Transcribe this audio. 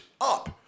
up